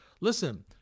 Listen